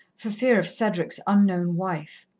for fear of cedric's unknown wife.